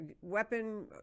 weapon